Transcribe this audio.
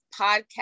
podcast